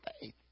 faith